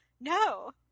no